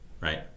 Right